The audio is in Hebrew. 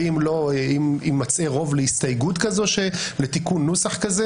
ואם לא יימצא רוב להסתייגות כזו לתיקון נוסח כזה